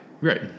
Right